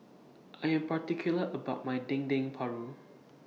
I Am particular about My Dendeng Paru